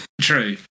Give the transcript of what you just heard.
True